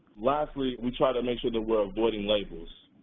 lastly, we try to make sure that we're avoiding labels.